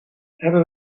hebben